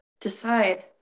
decide